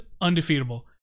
undefeatable